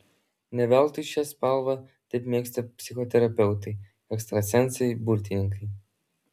ne veltui šią spalvą taip mėgsta psichoterapeutai ekstrasensai burtininkai